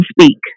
speak